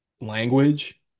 language